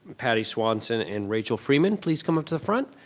pattie swanson, and rachel freeman, please come up to the front.